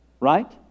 Right